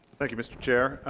thank you mr. chair.